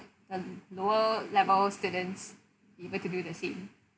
a lower level students able to do the same